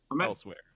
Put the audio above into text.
elsewhere